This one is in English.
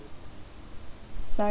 sorry